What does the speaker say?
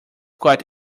quite